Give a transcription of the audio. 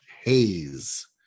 Haze